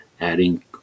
adding